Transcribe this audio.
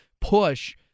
push